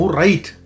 right